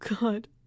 god